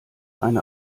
eine